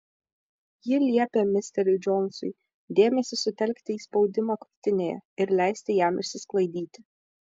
ji liepė misteriui džonsui dėmesį sutelkti į spaudimą krūtinėje ir leisti jam išsisklaidyti